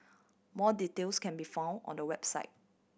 more details can be found on the website